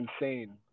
insane